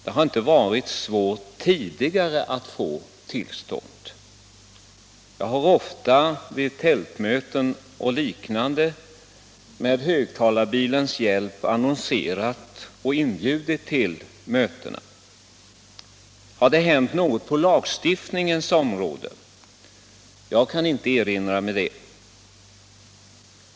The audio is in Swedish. Det har inte varit svårt tidigare att få tillstånd. Jag har ofta vid tältmöten och liknande med högtalarbilens hjälp annonserat och inbjudit till mötena. Har det hänt något på lagstiftningens område? Jag kan inte erinra mig det.